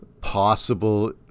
possible